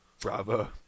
Bravo